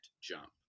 Jump